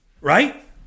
Right